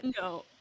no